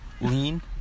Lean